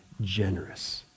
generous